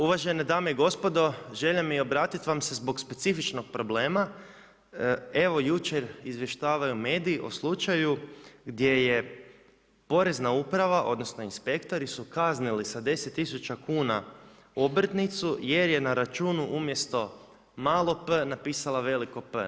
Uvažene dame i gospodo, želja mi je obratiti vam se zbog specifičnog problema evo jučer izvještavaju mediji o slučaju gdje je porezna uprava, odnosno inspektori su kaznili sa 10 tisuća kuna obrtnicu jer je na računu umjesto malo „p“ napisala veliko „P“